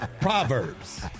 Proverbs